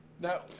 No